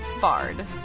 Bard